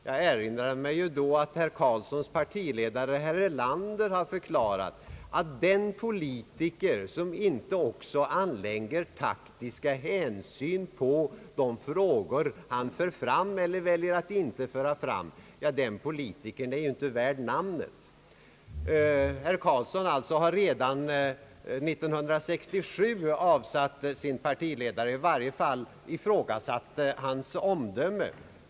Jag erinrade mig då att herr Karlssons partiledare, herr Erlander, har förklarat att den politiker, som inte också anlägger taktiska synpunkter på de frågor han för fram eller väljer att inte föra fram, är inte värd namnet politiker. Herr Karlsson har alltså redan 1967 avsatt sin partiledare, i varje fall ifrågasatt hans omdöme.